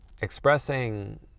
expressing